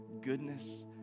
goodness